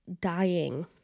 dying